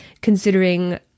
considering